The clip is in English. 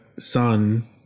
son